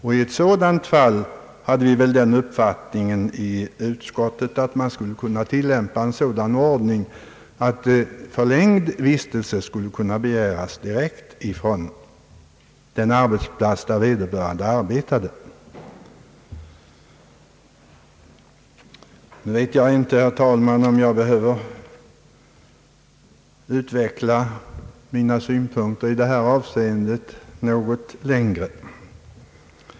I sådant fall hade vi i utskottet den uppfattningen att man kunde tillämpa en sådan ordning att förlängd vistelse begärdes direkt från den arbetsplats där vederbörande arbetade. Nu vet jag inte, herr talman, om jag i detta avseende behöver utveckla mina synpunkter längre.